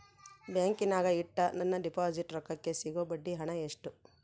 ಬ್ಯಾಂಕಿನಾಗ ಇಟ್ಟ ನನ್ನ ಡಿಪಾಸಿಟ್ ರೊಕ್ಕಕ್ಕೆ ಸಿಗೋ ಬಡ್ಡಿ ಹಣ ಎಷ್ಟು?